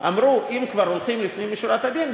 אמרו: אם כבר הולכים לפנים משורת הדין,